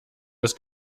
das